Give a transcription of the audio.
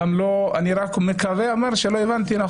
אני רק מקווה שהבנתי לא